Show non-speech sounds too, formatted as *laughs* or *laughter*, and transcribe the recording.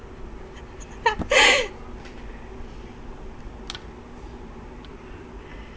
*laughs*